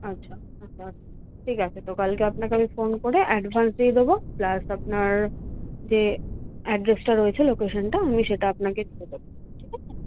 আচ্ছা আচ্ছা ঠিক আছে তো কালকে আপনাকে আমি ফোন করে অ্যাডভান্স দিয়ে দেবো প্লাস আপনার যে অ্যাড্রেসটা রয়েছে লোকেশানটা আমি সেটা আপনাকে দিয়ে দেবো ঠিক আছে